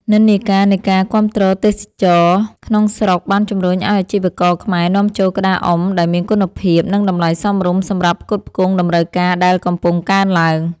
និន្នាការនៃការគាំទ្រទេសចរណ៍ក្នុងស្រុក បានជំរុញឱ្យអាជីវករខ្មែរនាំចូលក្តារអុំដែលមានគុណភាព និងតម្លៃសមរម្យសម្រាប់ផ្គត់ផ្គង់តម្រូវការដែលកំពុងកើនឡើង។